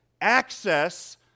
access